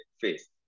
face